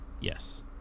Yes